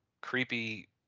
Creepy